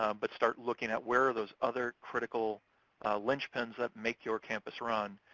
um but start looking at where are those other critical linchpins that make your campus run,